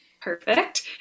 perfect